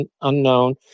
unknown